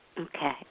Okay